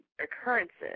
occurrences